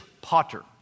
Potter